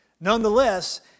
Nonetheless